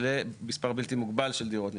למספר בלתי מוגבל של דירות נכנסות.